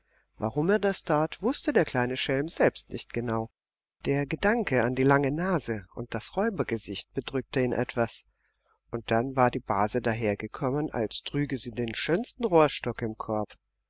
warum er das tat wußte der kleine schelm selbst nicht genau der gedanke an die lange nase und das räubergesicht bedrückte ihn etwas und dann war die base dahergekommen als trüge sie den schönsten rohrstock im korb